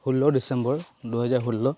ষোল্ল ডিচেম্বৰ দুহেজাৰ ষোল্ল